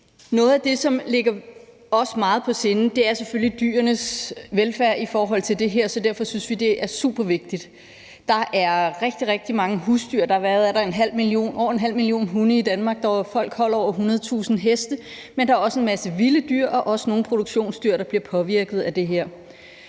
Noget af det, som ligger os meget på sinde, er selvfølgelig dyrenes velfærd i forhold til det her, så derfor synes vi, det er supervigtigt. Der er rigtig, rigtig mange husdyr – er der over en halv million hunde i Danmark? – og folk holder over 100.000 heste, men der er også en masse vilde dyr og også nogle produktionsdyr, der bliver påvirket af det her.